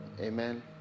Amen